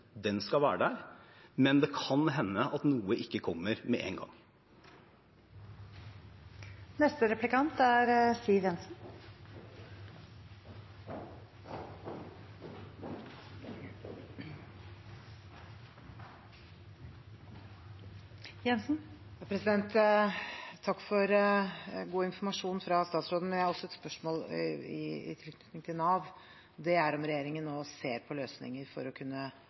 skal være der, men det kan hende at noe ikke kommer med en gang. Takk for god informasjon fra statsråden. Jeg har også et spørsmål i tilknytning til Nav, og det er om regjeringen nå ser på løsninger for å kunne